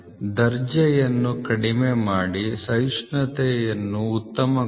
ದರ್ಜೆಯನ್ನು ಕಡಿಮೆ ಮಾಡಿ ಸಹಿಷ್ಣುತೆಯನ್ನು ಉತ್ತಮಗೊಳಿಸಿ